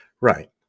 right